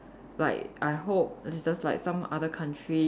like I hope it's just like some other country